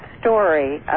story